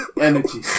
energy